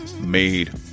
made